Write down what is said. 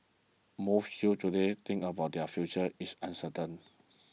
most youths today think their future is uncertain